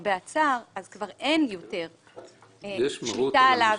למרבה הצער אז כבר אין יותר מרות ושליטה עליו.